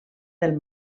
del